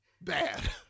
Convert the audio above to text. bad